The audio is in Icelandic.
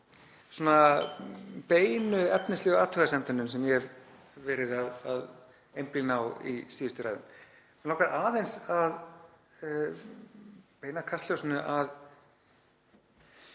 hlé á beinu efnislegu athugasemdunum sem ég hef verið að einblína á í síðustu ræðum. Mig langar aðeins að beina kastljósinu að